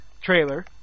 trailer